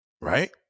Right